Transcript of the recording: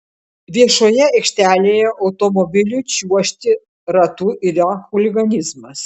viešoje aikštelėje automobiliu čiuožti ratu yra chuliganizmas